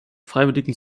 freiwilligen